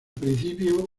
principio